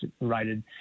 rated